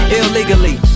illegally